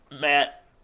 Matt